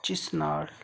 ਜਿਸ ਨਾਲ